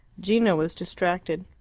gino was distracted.